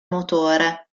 motore